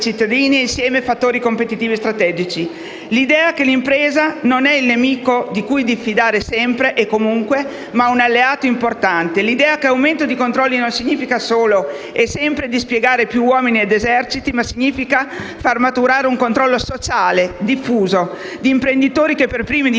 insieme fattori competitivi strategici; l'idea che l'impresa non è il nemico di cui diffidare sempre e comunque, ma un alleato importante; l'idea che aumento di controlli non significa solo e sempre dispiegare più uomini ed eserciti, ma far maturare un controllo sociale, diffuso, di imprenditori che per primi difendono